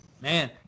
man